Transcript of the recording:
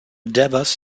devas